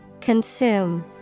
Consume